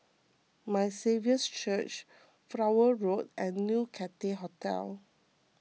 My Saviour's Church Flower Road and New Cathay Hotel